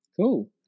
Cool